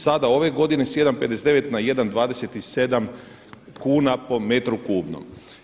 Sada ove godine sa 1,59 na 1,27 kuna po metru kubnom.